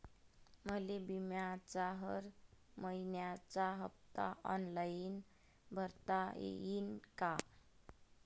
मले बिम्याचा हर मइन्याचा हप्ता ऑनलाईन भरता यीन का?